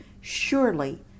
Surely